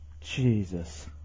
Jesus